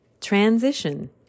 Transition